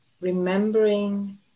remembering